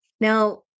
Now